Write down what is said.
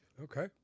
okay